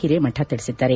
ಹಿರೇಮಠ ತಿಳಿಸಿದ್ದಾರೆ